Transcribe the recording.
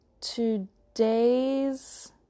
today's